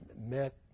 met